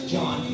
John